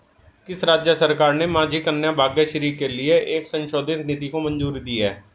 किस राज्य सरकार ने माझी कन्या भाग्यश्री के लिए एक संशोधित नीति को मंजूरी दी है?